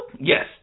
Yes